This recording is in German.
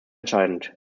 entscheidend